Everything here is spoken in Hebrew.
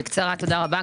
בקצרה, תודה רבה.